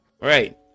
right